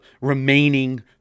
remaining